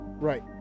Right